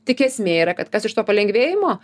tik esmė yra kad kas iš to palengvėjimo